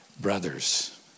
brothers